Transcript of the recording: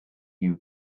you